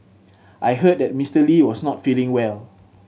I heard that Mister Lee was not feeling well